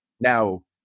Now